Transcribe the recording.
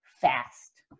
fast